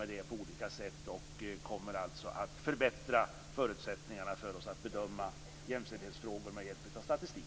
Det är på väg, och det kommer att förbättra våra förutsättningar att bedöma jämställdhetsfrågor med hjälp av statistik.